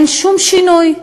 אין שום שינוי,